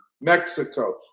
Mexico